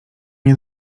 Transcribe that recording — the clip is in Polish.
nie